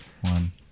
one